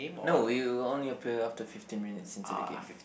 no it will only appear after fifteen minutes into the game